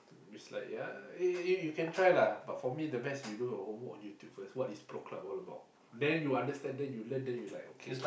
is like ya you you you can try lah but for me the best you do your homework on YouTube first what is Pro Club all about then you understand then you learn then you like okay